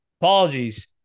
Apologies